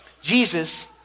Jesus